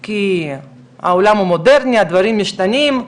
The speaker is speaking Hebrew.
כי העולם הוא מודרני, הדברים משתנים,